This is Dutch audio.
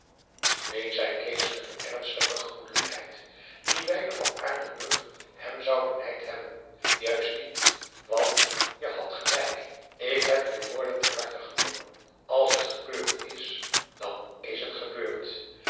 neen zei kees met een ernstige gemoedelijkheid die wijlen van aardenburg hem zou benijd hebben juist niet want je hadt gelijk ik heb je woorden ter harte p a daum hoe hij raad van indië werd onder ps maurits genomen als het gebeurd is dan is het gebeurd